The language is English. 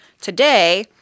Today